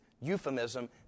euphemism